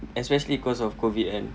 especially cause of COVID kan